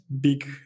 big